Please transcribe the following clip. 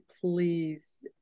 please